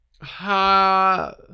Ha